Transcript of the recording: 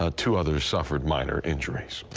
ah two others suffered minor injuries.